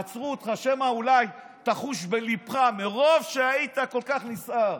עצרו אותך שמא אולי תחוש בליבך מרוב שהיית כל כך נסער.